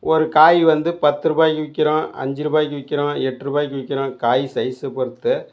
ஒரு காய் வந்து பத்து ரூபாய்க்கு விற்கிறோம் அஞ்சு ரூபாய்க்கு விற்கிறோம் எட்டு ரூபாய்க்கு விற்கிறோம் காய் சைஸை பொறுத்து